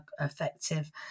effective